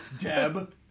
Deb